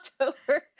October